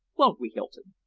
won't we, hylton?